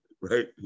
right